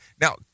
Now